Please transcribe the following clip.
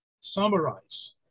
summarize